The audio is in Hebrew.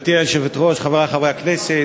גברתי היושבת-ראש, חברי חברי הכנסת,